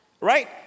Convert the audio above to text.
right